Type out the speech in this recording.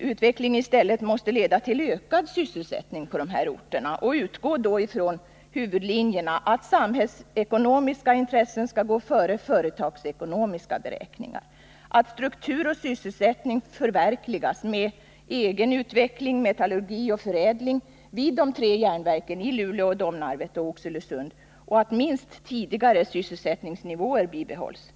utveckling i stället måste leda till ökad sysselsättning på dessa orter. Man måste utgå från huvudlinjerna att samhällsekonomiska intressen skall gå före företagsekonomiska beräkningar, att struktur och sysselsättning förverkligas med egen utveckling, metallurgi och förädling vid de tre järnverken i Luleå, Domnarvet och Oxelösund samt att minst tidigare sysselsättningsnivåer bibehålls.